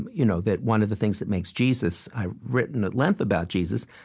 and you know that one of the things that makes jesus i've written at length about jesus.